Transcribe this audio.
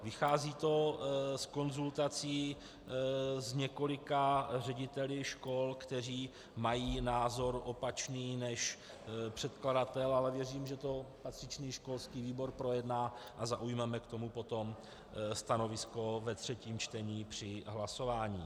Vychází to z konzultací s několika řediteli škol, kteří mají názor opačný než předkladatel, ale věřím, že to patřičný školský výbor projedná a zaujmeme k tomu potom stanovisko ve třetím čtení při hlasování.